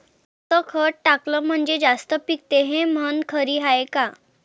जास्त खत टाकलं म्हनजे जास्त पिकते हे म्हन खरी हाये का?